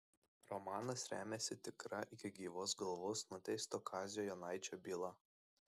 romanas remiasi tikra iki gyvos galvos nuteisto kazio jonaičio byla